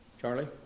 Charlie